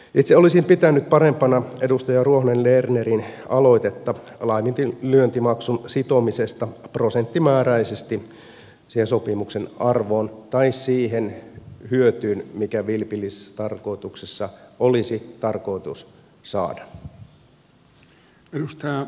itse olisin pitänyt parempana edustaja ruohonen lernerin aloitetta laiminlyöntimaksun sitomisesta prosenttimääräisesti siihen sopimuksen arvoon tai siihen hyötyyn mikä vilpillistarkoituksessa olisi tarkoitus saada